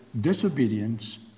disobedience